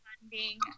funding